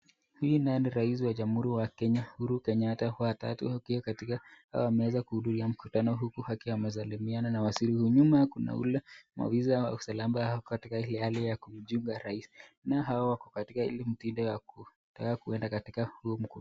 Huyu naye ni raus wa jamuhuri wa Kenya, Uhuru Kenyatta watatu wakiwa katika, hawa wameeza kuhuduria mkutano huku akiwa amesalimiana na waziri huyu, nyuma yao kuna ule, mawiza wa usalamba ambao wako katika ile hali yakumjunga rais, nao hawa wako katika ile mtindo ya ku, taka kuenda katika huo mku.